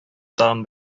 тагын